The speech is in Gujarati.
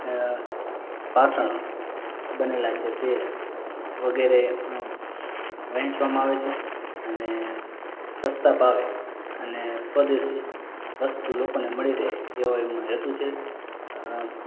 અં વાસણો બનેલાં છે તે વગેરે અં વેચવામાં આવે છે અને સસ્તા ભાવે અને સ્વદેશી વસ્તુ લોકોને મળી રેહ એવો એમનો હેતુ છે અં